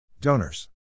Donors